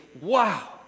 Wow